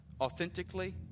authentically